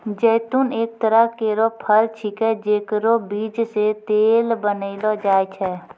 जैतून एक तरह केरो फल छिकै जेकरो बीज सें तेल बनैलो जाय छै